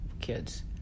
kids